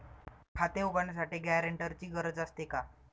खाते उघडण्यासाठी गॅरेंटरची गरज असते का?